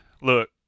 Look